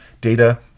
data